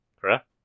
Correct